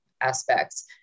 aspects